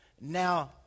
Now